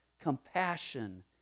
compassion